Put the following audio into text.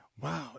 Wow